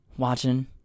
Watching